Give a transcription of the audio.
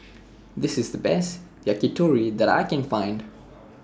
This IS The Best Yakitori that I Can Find